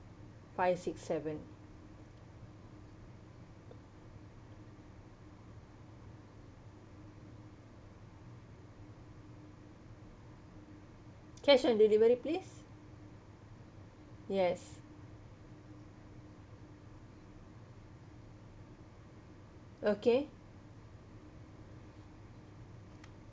five six seven cash on delivery please yes okay